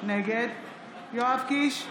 נגד יואב קיש,